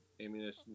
ammunition